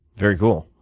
very cool.